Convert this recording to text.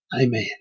Amen